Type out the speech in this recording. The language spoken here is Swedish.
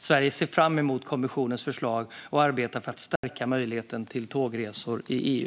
Sverige ser fram emot kommissionens förslag och arbetar för att stärka möjligheten till tågresor i EU.